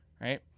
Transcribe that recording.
Right